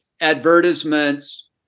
advertisements